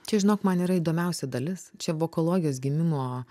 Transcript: čia žinok man yra įdomiausia dalis čia vokologijos gimimo